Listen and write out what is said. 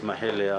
תסלחי לי,